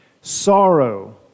sorrow